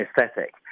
aesthetic